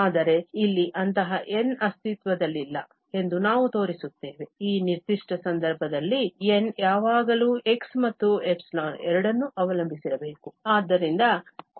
ಆದರೆ ಇಲ್ಲಿ ಅಂತಹ N ಅಸ್ತಿತ್ವದಲ್ಲಿಲ್ಲ ಎಂದು ನಾವು ತೋರಿಸುತ್ತೇವೆ ಈ ನಿರ್ದಿಷ್ಟ ಸಂದರ್ಭದಲ್ಲಿ N ಯಾವಾಗಲೂ x ಮತ್ತು ϵ ಎರಡನ್ನೂ ಅವಲಂಬಿಸಿರಬೇಕು